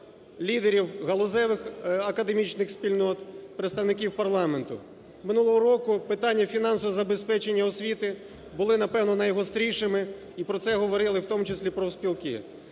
лідерів галузевих академічних спільнот, представників парламенту. Минулого року питання фінансового забезпечення освіти були напевне найгострішими. І про це говорили, в тому числі профспілки.